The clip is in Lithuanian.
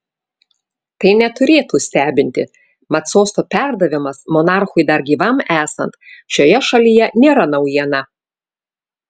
tai neturėtų stebinti mat sosto perdavimas monarchui dar gyvam esant šioje šalyje nėra naujiena